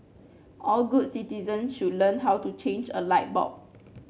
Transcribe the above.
all good citizen should learn how to change a light bulb